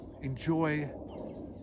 Enjoy